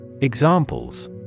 Examples